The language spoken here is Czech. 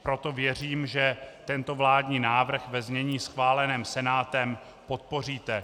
Proto věřím, že tento vládní návrh ve znění schváleném Senátem podpoříte.